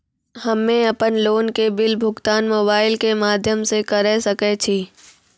हम्मे अपन लोन के बिल भुगतान मोबाइल के माध्यम से करऽ सके छी?